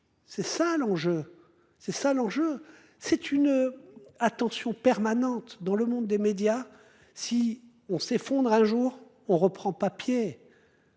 C'est ça l'enjeu, c'est ça l'enjeu, c'est une attention permanente dans le monde des médias. Si on s'effondre, un jour on reprend papier.